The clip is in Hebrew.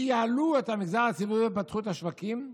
ייעלו את המגזר הציבורי ופתחו את השווקים,